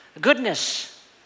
Goodness